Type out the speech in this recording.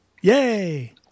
Yay